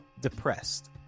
depressed